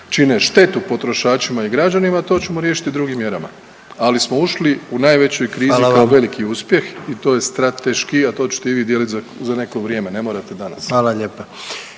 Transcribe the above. čine štetu potrošačima i građanima, to ćemo riješiti drugim mjerama, ali smo ušli u najvećoj krizi .../Upadica: Hvala vam./... kao veliki uspjeh i to je strateški, a to ćete i vi dijeliti za neko vrijeme, ne morate danas.